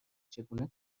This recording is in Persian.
چگونه